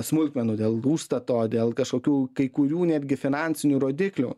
smulkmenų dėl užstato dėl kažkokių kai kurių netgi finansinių rodiklių